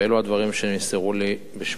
ואלו הדברים שנמסרו לי בשמו: